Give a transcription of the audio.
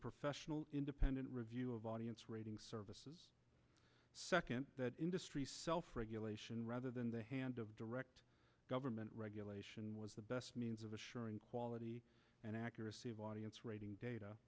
professional independent review of audience rating services second that industry self regulation rather than the hand of direct government regulation was the best means of assuring quality and accuracy of audience rating data